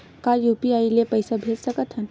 का यू.पी.आई ले पईसा भेज सकत हन?